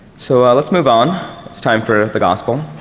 so lets move on. its time for the gospel.